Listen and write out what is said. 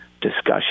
discussion